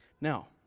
Now